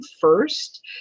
first